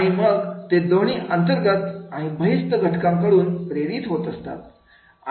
आणि मग ते दोन्ही अंतर्गत आणि बहिस्त घटकांकडून प्रेरित होत असतात